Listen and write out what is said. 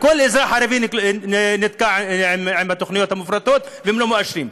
כל אזרח ערבי נתקע עם התוכניות המפורטות והם לא מאשרים.